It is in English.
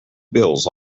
bills